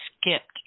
skipped